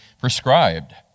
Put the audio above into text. prescribed